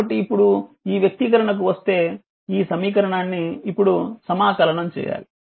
కాబట్టి ఇప్పుడు ఈ వ్యక్తీకరణకు వస్తే ఈ సమీకరణాన్ని ఇప్పుడు సమాకలనం చేయాలి